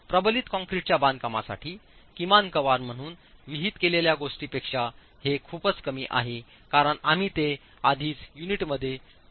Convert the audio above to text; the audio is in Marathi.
प्रबलित कंक्रीटच्या बांधकामासाठी किमान कव्हर म्हणून विहित केलेल्या गोष्टींपेक्षा हे खूपच कमी आहे कारण आम्ही ते आधीच युनिटमध्ये ठेवत आहोत